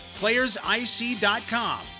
playersic.com